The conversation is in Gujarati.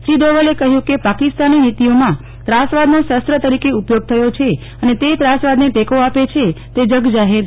શ્રી દોવલે કહ્યું કે પાકિસ્તાની નીતીઓમાં ત્રાસવાદનો શશ્ન તરીકે ઉપયોગ થયો છે અને તે ત્રાસવાદને ટેકો આપે છે તે જગજાહેર છે